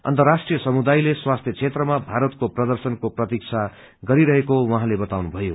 अन्तराष्ट्रीय समुदायले स्वास्थ्य क्षेत्रमा भारतको प्रर्दशनको प्रतीक्षा गरिरेको उहाँले बातउनुभयो